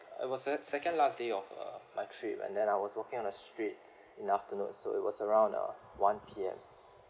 uh it was sec~ second last day of uh my trip and then I was walking on the street in the afternoon so it was around uh one P_M